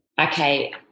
okay